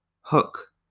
Hook